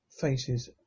faces